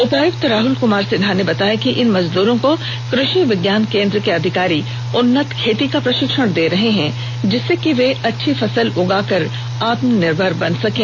उपायुक्त राहुल कुमार सिन्हा ने बताया कि इन मजदूरों को कृषि विज्ञान केंद्र के अधिकारी उन्नत खेती का प्रषिक्षण दे रहे हैं जिससे कि वे अच्छी फसल उगाकर आत्मनिर्भर बन सकें